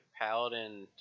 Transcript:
paladin